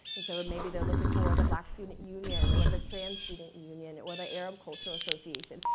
and so maybe they're looking for the black student union or the trans student union or the arab cultural association.